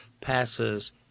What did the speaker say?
passes